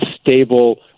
stable